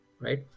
right